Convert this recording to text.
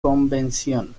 convención